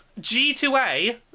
G2A